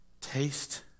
Taste